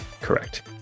Correct